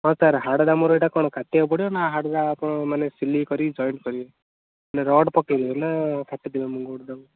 ହଁ ସାର୍ ହାଡ଼ଟା ମୋର ଏଇଟା କ'ଣ କାଟିବାକୁ ପଡ଼ିବନା ହାଡ଼ଟା ଆପଣ ମାନେ ସିଲେଇ କରିକି ଜଏଣ୍ଟ କରିବେ ନା ରଡ଼୍ ପକାଇବେ ନା କାଟିଦେବେ ମୋ ଗୋଡ଼ଟାକୁ